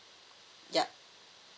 yup